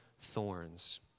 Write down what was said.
thorns